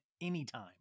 anytime